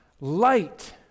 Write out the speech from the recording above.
light